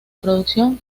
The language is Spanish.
producción